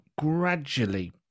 gradually